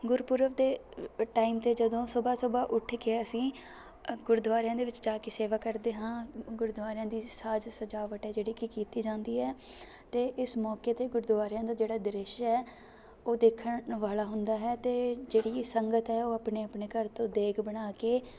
ਗੁਰਪੁਰਬ ਦੇ ਟਾਈਮ 'ਤੇ ਜਦੋਂ ਸੁਬਹ ਸੁਬਹ ਉੱਠ ਕੇ ਅਸੀਂ ਅ ਗੁਰਦੁਆਰਿਆਂ ਦੇ ਵਿੱਚ ਜਾ ਕੇ ਸੇਵਾ ਕਰਦੇ ਹਾਂ ਉ ਉ ਗੁਰਦੁਆਰਿਆਂ ਦੀ ਸਾਜ ਸਜਾਵਟ ਹੈ ਜਿਹੜੀ ਕਿ ਕੀਤੀ ਜਾਂਦੀ ਹੈ ਅਤੇ ਇਸ ਮੌਕੇ 'ਤੇ ਗੁਰਦੁਆਰਿਆਂ ਦਾ ਜਿਹੜਾ ਦ੍ਰਿਸ਼ ਹੈ ਉਹ ਦੇਖਣ ਵਾਲ਼ਾ ਹੁੰਦਾ ਹੈ ਅਤੇ ਜਿਹੜੀ ਸੰਗਤ ਹੈ ਉਹ ਆਪਣੇ ਆਪਣੇ ਘਰ ਤੋਂ ਦੇਗ ਬਣਾ ਕੇ